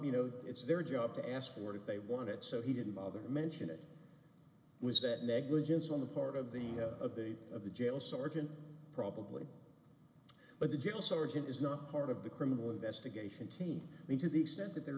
you know it's their job to ask for it if they want it so he didn't bother to mention it was that negligence on the part of the of the of the jail sergeant probably but the general surgeon is not part of the criminal investigation team need to be extent that there